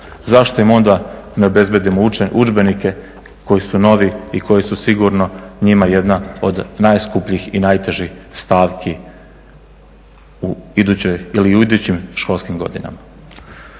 zašto im onda ne obezbjedimo udžbenike koji su novi i koji su sigurno njima jedna od najskupljih i najtežih stavki u idućim školskim godinama.